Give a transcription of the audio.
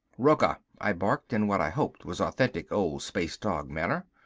rocca! i barked, in what i hoped was authentic old space-dog manner.